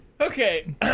Okay